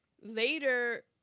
later